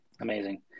Amazing